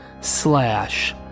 slash